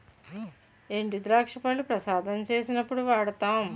ఎండుద్రాక్ష పళ్లు ప్రసాదం చేసినప్పుడు వాడుతాము